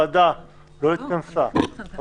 לוועדה והוועדה יכולה להתכנס תוך שעה ולדון בתקנות,